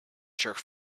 jerk